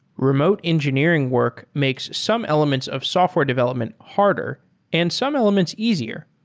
remote engineering work makes some elements of software development harder and some elements easier.